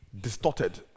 distorted